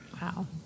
Wow